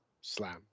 slam